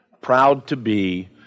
proud-to-be